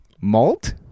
Malt